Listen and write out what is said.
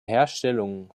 herstellung